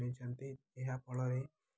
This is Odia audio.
ହୋଇଛନ୍ତି ଏହା ଫଳରେ